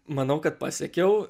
manau kad pasiekiau